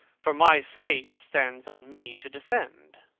for my state stands on me to defend,